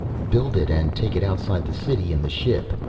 build it and take it outside the city in the ship.